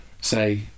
say